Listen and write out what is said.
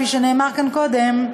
כפי שנאמר כאן קודם,